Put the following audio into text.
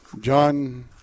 John